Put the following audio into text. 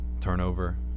turnover